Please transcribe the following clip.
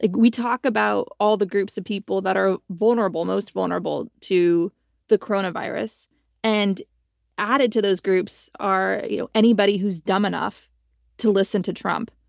like we talk about all the groups of people that are vulnerable, most vulnerable, to the coronavirus and added to those groups are you know anybody who's dumb enough to listen to trump.